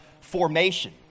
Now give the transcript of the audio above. formation